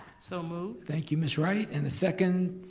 so moved. thank you ms. wright. and a second?